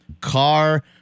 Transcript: car